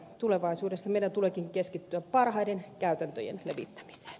tulevaisuudessa meidän tuleekin keskittyä parhaiden käytäntöjen levittämiseen